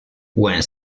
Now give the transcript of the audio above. when